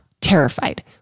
terrified